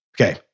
Okay